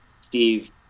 Steve